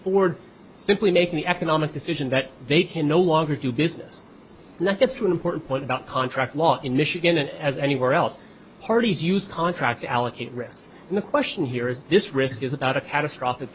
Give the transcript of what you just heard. ford simply making the economic decision that they can no longer do business and that gets to an important point about contract law in michigan as anywhere else parties use contract to allocate risk and the question here is this risk is about a catastrophic